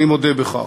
אני מודה בכך.